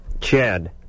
Chad